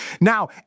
Now